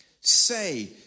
Say